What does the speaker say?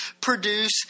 produce